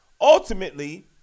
ultimately